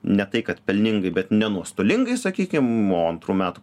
ne tai kad pelningai bet nenuostolingai sakykim o antrų metų